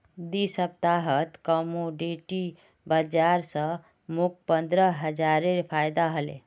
दी सप्ताहत कमोडिटी बाजार स मोक पंद्रह हजारेर फायदा हले